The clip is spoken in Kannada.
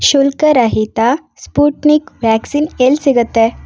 ಶುಲ್ಕರಹಿತ ಸ್ಪುಟ್ನಿಕ್ ವ್ಯಾಕ್ಸಿನ್ ಎಲ್ಲಿ ಸಿಗತ್ತೆ